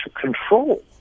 control